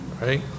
right